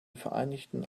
vereinigten